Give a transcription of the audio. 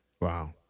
Wow